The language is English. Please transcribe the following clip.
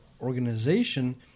organization –